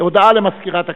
הודעה למזכירת הכנסת.